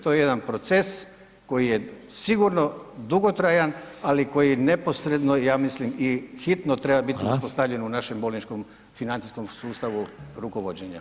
To je jedan proces koji je sigurno dugotrajan, ali koji neposredno, ja mislim i hitno treba biti uspostavljen u našem bolničkom financijskom sustavu rukovođenja.